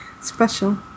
special